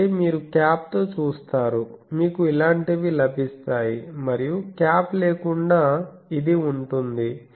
కాబట్టి మీరు క్యాప్ తో చూస్తారు మీకు ఇలాంటివి లభిస్తాయి మరియు క్యాప్ లేకుండా ఇది ఉంటుంది